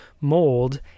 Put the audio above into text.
mold